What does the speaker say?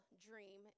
dream